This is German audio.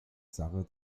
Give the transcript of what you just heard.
sache